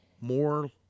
more